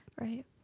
Right